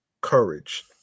courage